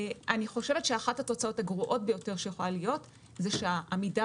אחת התוצאות הגרועות ביותר שיכולה להיות היא שהעמידה